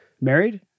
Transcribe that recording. Married